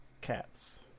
cats